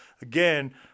again